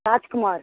Rajkumar